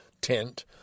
tent